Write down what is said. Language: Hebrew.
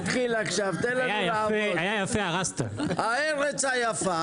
התייחסות נוספת,